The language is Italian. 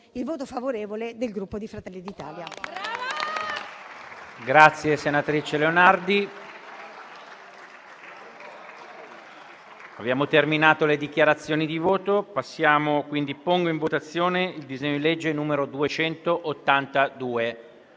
il voto favorevole del Gruppo Fratelli d'Italia.